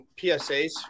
PSAs